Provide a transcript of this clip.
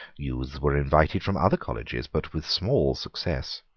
youths were invited from other colleges, but with small success.